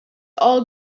all